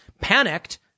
panicked